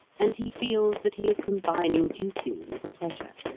and he feels that he is combining duty with pleasure.